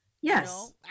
Yes